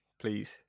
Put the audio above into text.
please